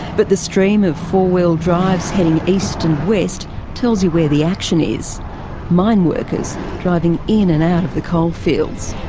but the stream of four wheel drives heading east and west tells you where the action is mineworkers driving in and out of the coalfields.